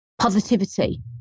positivity